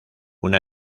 una